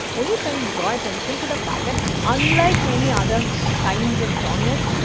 only trying to draw attention to the fact that unlike many other kinds of genres,